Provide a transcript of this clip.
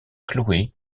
chloé